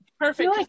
Perfect